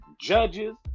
judges